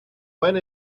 went